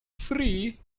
free